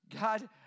God